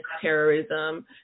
terrorism